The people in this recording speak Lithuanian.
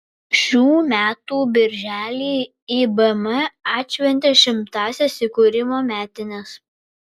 šių metų birželį ibm atšventė šimtąsias įkūrimo metines